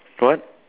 what